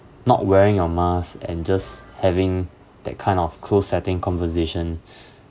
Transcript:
not wearing your mask and just having that kind of close setting conversation